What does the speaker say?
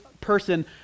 person